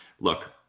look